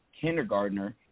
kindergartner